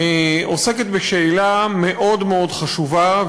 עוסקת בשאלה מאוד מאוד חשובה,